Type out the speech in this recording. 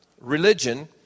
religion